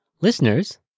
Listeners